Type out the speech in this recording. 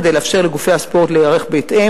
כדי לאפשר לגופי הספורט להיערך בהתאם,